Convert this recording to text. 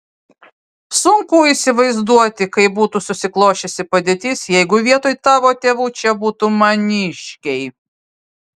sunku įsivaizduoti kaip būtų susiklosčiusi padėtis jeigu vietoj tavo tėvų čia būtų maniškiai